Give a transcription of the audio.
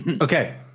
Okay